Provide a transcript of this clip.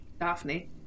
Daphne